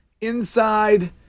inside